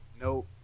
Nope